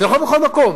זה נכון בכל מקום,